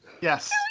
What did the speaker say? Yes